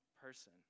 person